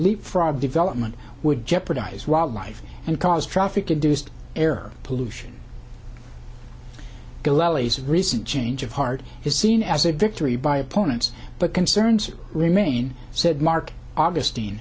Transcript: leapfrog development would jeopardize wildlife and cause traffic induced air pollution recent change of heart is seen as a victory by opponents but concerns remain said mark augustine